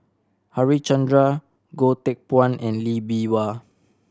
Harichandra Goh Teck Phuan and Lee Bee Wah